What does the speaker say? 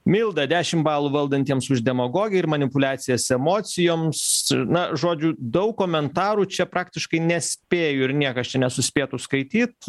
milda dešim balų valdantiems už demagogiją ir manipuliacijas emocijoms na žodžiu daug komentarų čia praktiškai nespėju ir niekas čia nesuspėtų skaityt